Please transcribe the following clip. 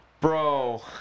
bro